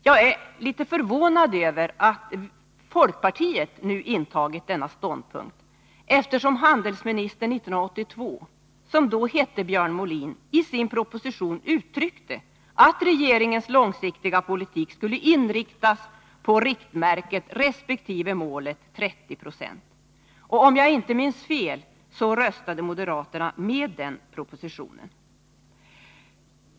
Jag är litet förvånad över att folkpartiet nu intagit denna ståndpunkt, eftersom handelsministern 1982 — som då hette Björn Molin — i sin proposition uttryckte att regeringens långsiktiga politik skulle inriktas på riktmärket resp. målet 30 20. Om jag inte minns fel, så röstade moderaterna med den propositionen.